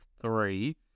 three